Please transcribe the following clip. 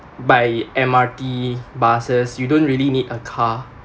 by M_R_T buses you don't really need a car